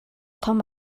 том